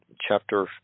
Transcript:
Chapter